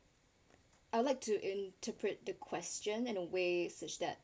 I'd like to interpret the question and a way such that